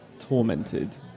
tormented